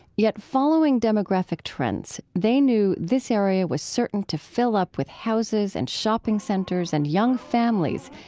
yet following demographic trends, they knew this area was certain to fill up with houses and shopping centers and young families.